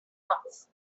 nods